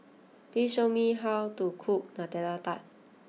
please show me how to cook Nutella Tart